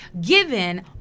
given